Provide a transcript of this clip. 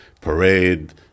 Parade